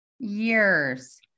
Years